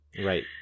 Right